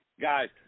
Guys